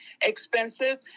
expensive